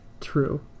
True